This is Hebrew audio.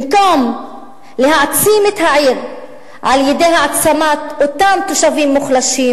במקום להעצים את העיר על-ידי העצמת אותם תושבים מוחלשים,